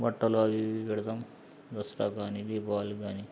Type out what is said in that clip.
బట్టలు అవి ఇవి పెడతాం దసరాకి గానీ దీపావళికి గానీ